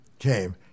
came